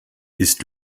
ist